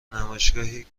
نمایشگاهی